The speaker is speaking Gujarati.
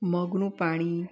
મગનું પાણી